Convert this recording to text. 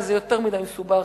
הרי זה יותר מדי מסובך,